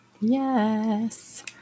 Yes